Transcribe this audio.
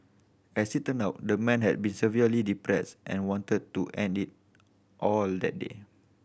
as it turns out the man had been severely depressed and wanted to end it all that day